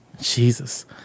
Jesus